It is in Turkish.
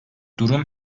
durum